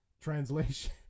translation